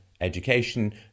education